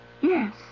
Yes